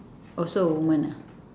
also woman ah